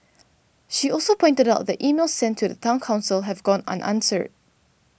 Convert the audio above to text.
she also pointed out that emails sent to the Town Council have gone unanswered